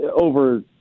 over